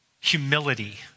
humility